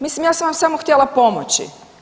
Mislim ja sam vam samo htjela pomoći.